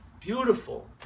beautiful